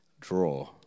draw